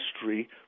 history